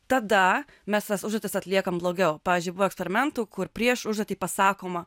tada mes tas užduotis atliekam blogiau pavyzdžiui buvo eksperimentų kur prieš užduotį pasakoma